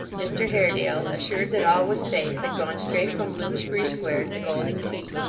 mr haredale, assured that all was safe, had gone straight from bloomsbury square to the golden key,